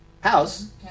House